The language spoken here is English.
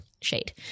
Shade